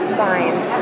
find